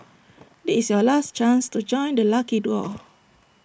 this your last chance to join the lucky draw